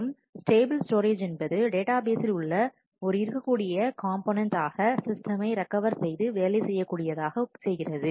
மற்றும் table storage என்பது டேட்டாபேஸில் உள்ள ஒரு இருக்கக்கூடிய காம்போநேண்ட் ஆக சிஸ்டமை ரெக்கவர் செய்து வேலை செய்யக் கூடியதாக செய்கிறது